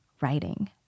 writing